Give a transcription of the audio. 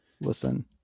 Listen